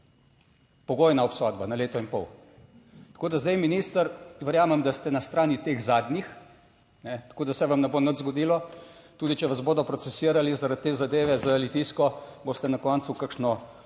pogojna obsodba na leto in pol. Tako da zdaj minister verjamem, da ste na strani teh zadnjih, tako da se vam ne bo nič zgodilo, tudi če vas bodo procesirali zaradi te zadeve z Litijsko boste na koncu kakšno splošno